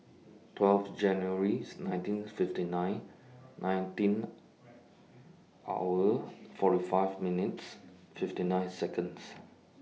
twelve January nineteen fifty nine nineteen hour forty five minutes fifty nine Seconds